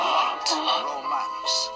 Romance